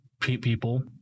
people